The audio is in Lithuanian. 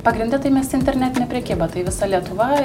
pagrinde tai mes internetinė prekyba tai visa lietuva